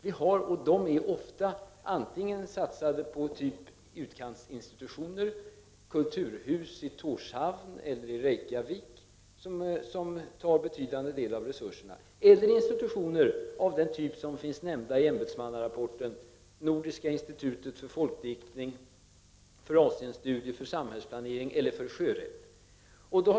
Dessa resurser satsas ofta på t.ex. utkantsinstitutioner, kulturhus i Torshavn eller Reykjavik, som tar en betydande del av resurserna, eller på institutioner av den typ som finns nämnd i ämbetsmannarapporten, Nordiska institutet för folkdiktning, för Asienstudier, för samhällsplanering eller för sjörätt.